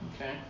Okay